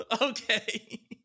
Okay